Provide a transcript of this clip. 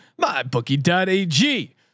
MyBookie.ag